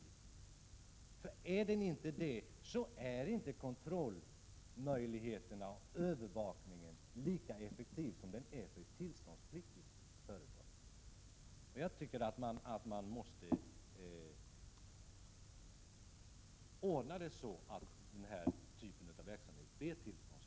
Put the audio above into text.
Om en verksamhet av det här slaget inte är tillståndspliktig, är nämligen inte kontrollmöjligheterna och övervakningen lika effektiva som när det gäller tillståndspliktiga företag. Jag tycker alltså att man måste göra den här typen av verksamhet tillståndspliktig.